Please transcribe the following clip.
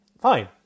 fine